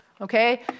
okay